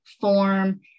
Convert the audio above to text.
form